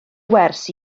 wers